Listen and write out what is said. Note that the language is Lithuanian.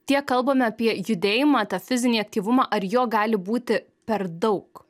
tiek kalbame apie judėjimą tą fizinį aktyvumą ar jo gali būti per daug